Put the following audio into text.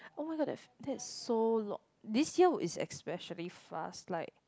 oh-my-god that that's so lo~ this year is especially fast like